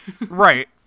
Right